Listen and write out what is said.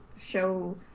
show